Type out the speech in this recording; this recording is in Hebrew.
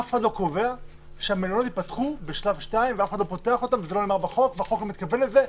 אף אחד לא קובע שהמלונות ייפתחו בשלב 2. החוק לא מתכוון לזה.